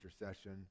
intercession